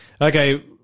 Okay